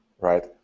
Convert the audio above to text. right